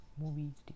movies